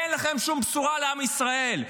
אין לכם שום בשורה לעם ישראל.